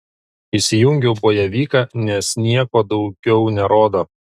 įsijungiau bojevyką nes nieko daugiau nerodo